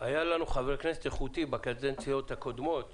היה לנו חבר כנסת איכותי בקדנציות הקודמות שאמר,